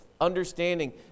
understanding